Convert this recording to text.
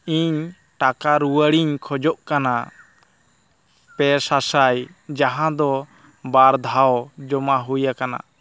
ᱤᱧ ᱴᱟᱠᱟ ᱨᱩᱣᱟᱹᱲᱤᱧ ᱠᱷᱚᱡᱚᱜ ᱠᱟᱱᱟ ᱯᱮ ᱥᱟᱥᱟᱭ ᱡᱟᱦᱟᱸ ᱫᱚ ᱵᱟᱨ ᱫᱷᱟᱣ ᱡᱚᱢᱟ ᱦᱩᱭᱟᱠᱟᱱᱟ